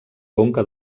conca